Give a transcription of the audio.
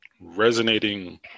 resonating